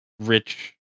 Rich